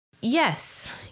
Yes